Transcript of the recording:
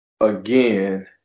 again